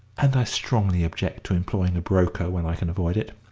and i strongly object to employing a broker when i can avoid it.